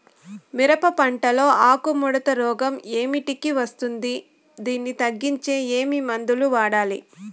మిరప పంట లో ఆకు ముడత రోగం ఏమిటికి వస్తుంది, దీన్ని తగ్గించేకి ఏమి మందులు వాడాలి?